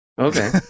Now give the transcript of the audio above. Okay